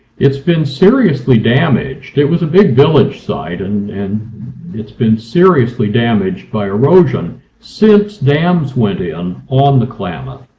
it's been seriously damaged. it was a big village site and and it's been seriously damaged by erosion since dams went in um on the klamath.